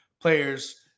players